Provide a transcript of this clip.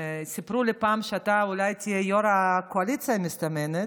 סיפרו לי פעם שאתה אולי תהיה יו"ר הקואליציה המסתמנת,